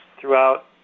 throughout